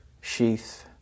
sheath